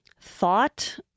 thought